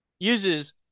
uses